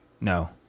No